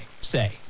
say